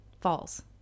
falls